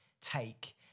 take